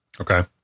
Okay